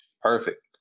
Perfect